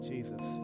Jesus